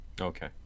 Okay